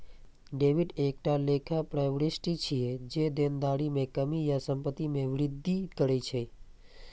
debit एकटा लेखा प्रवृष्टि छियै, जे देनदारी मे कमी या संपत्ति मे वृद्धि करै छै